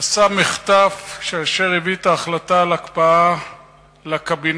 עשה מחטף כאשר הביא את ההחלטה על ההקפאה לקבינט.